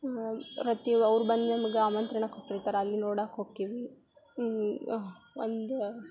ರತ್ತಿ ಅವರು ಬಂದು ನಮ್ಗೆ ಆಮಂತ್ರಣ ಕೊಟ್ಟಿರ್ತಾರೆ ಅಲ್ಲಿ ನೋಡಾಕೆ ಹೊಕ್ಕೀವಿ ಒಂದು